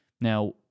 Now